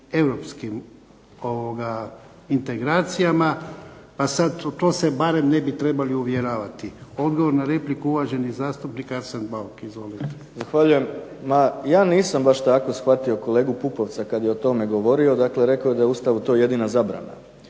pa sada u to se barem ne bi trebali uvjeravati. Odgovor na repliku uvaženi zastupnik Arsen Bauk. **Bauk, Arsen (SDP)** Ja nisam baš tako shvatio kolegu Pupovca kada je o tome govorio, rekao je da je u Ustavu to jedina zabrana.